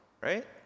right